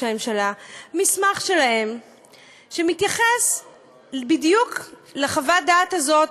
הממשלה מסמך שלהם שמתייחס בדיוק לחוות הדעת הזאת.